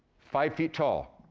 five feet tall.